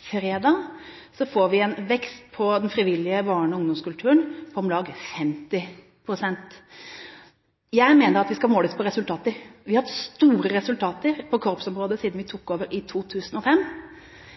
fredag, får vi en vekst i støtten til den frivillige barne- og ungdomskulturen på om lag 50 pst. Jeg mener at vi skal måles på resultater. Vi har hatt store resultater på korpsområdet siden vi tok over i 2005.